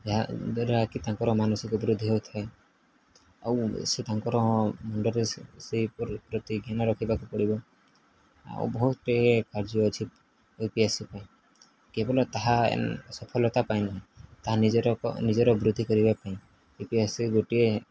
ଯାଦ୍ୱାଦ୍ୱାରା କି ତାଙ୍କର ମାନସିକ ବୃଦ୍ଧି ହୋଇଥାଏ ଆଉ ସେ ତାଙ୍କର ମୁଣ୍ଡରେ ସେ ପ୍ରତି ଜ୍ଞାନ ରଖିବାକୁ ପଡ଼ିବ ଆଉ ବହୁତ କାର୍ଯ୍ୟ ଅଛି ୟୁ ପି ଏସ୍ ସି ପାଇଁ କେବଳ ତାହା ସଫଳତା ପାଇ ନାହିଁ ତାହା ନିଜର ନିଜର ବୃଦ୍ଧି କରିବା ପାଇଁ ୟୁ ପି ଏସ୍ ସି ଗୋଟିଏ